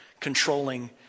controlling